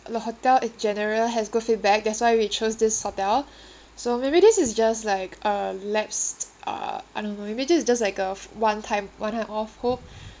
the hotel in general has good feedback that's why we chose this hotel so maybe this is just like a lapsed uh I don't know maybe this is just like a f~ one time one time off hook